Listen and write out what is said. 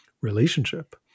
relationship